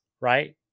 right